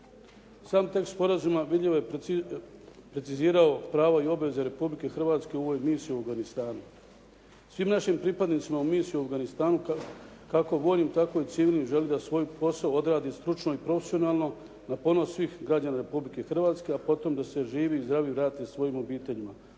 Sam tekst sporazuma vidljivo je precizirao pravo i obveze Republike Hrvatske u UN misiji u Afganistanu. Svim našim pripadnicima u misiji u Afganistanu kako vojnim tako i civilnim želim da svoj posao odrade stručno i profesionalno na ponos svih građana Republike Hrvatske, a potom da se živi i zdrave vrate svojim obiteljima.